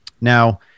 now